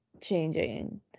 changing